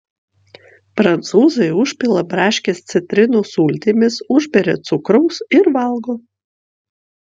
prancūzai užpila braškes citrinų sultimis užberia cukraus ir valgo